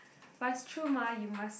but it's true mah you must